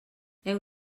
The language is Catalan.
heu